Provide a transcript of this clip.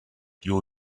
you